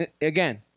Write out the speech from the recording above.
Again